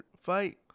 fight